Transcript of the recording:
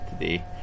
today